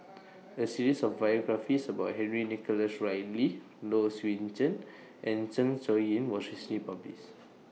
A series of biographies about Henry Nicholas Ridley Low Swee Chen and Zeng Shouyin was recently published